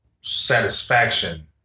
satisfaction